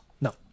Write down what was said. no